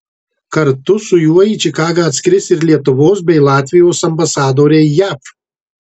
kartu su juo į čikagą atskris ir lietuvos bei latvijos ambasadoriai jav